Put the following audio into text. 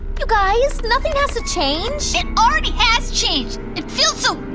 you guys, nothing has to change. it already has changed. it feels so